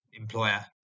employer